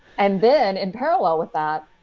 and then in parallel with that.